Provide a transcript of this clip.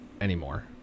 anymore